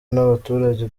n’abaturage